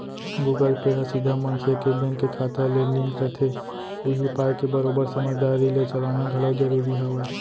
Google Pay ह सीधा मनसे के बेंक के खाता ले लिंक रथे उही पाय के बरोबर समझदारी ले चलाना घलौ जरूरी हावय